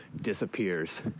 disappears